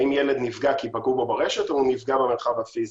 האם ילד נפגע כי פגעו בו ברשת או נפגע במרחב הפיזי.